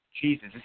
Jesus